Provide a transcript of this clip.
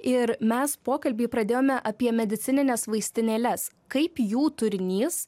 ir mes pokalbį pradėjome apie medicinines vaistinėles kaip jų turinys